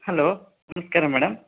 hello ನಮಸ್ಕಾರ madam